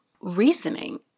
reasoning